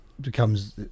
becomes